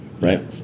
right